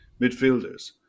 midfielders